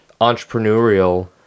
entrepreneurial